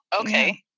Okay